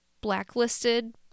blacklisted